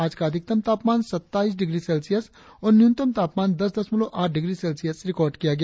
आज का अधिकतम तापमान सत्ताईस डिग्री सेल्सियस और न्यूनतम तापमान दस दशमलव आठ डिग्री सेल्सियस रिकार्ड किया गया